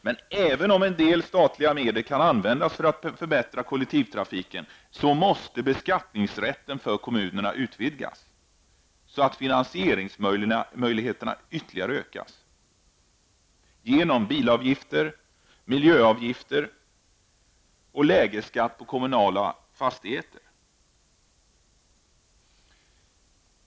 Men även om en del statliga medel kan användas för att förbättra kollektivtrafiken, måste kommunernas beskattningsrätt utvidgas, så att finansieringsmöjligheterna ytterligare ökas genom t.ex. bilavgifter, miljöavgifter och lägesskatt för kommunala fastigheter.